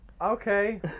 Okay